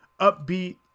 upbeat